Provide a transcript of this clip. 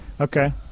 okay